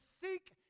seek